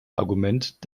argument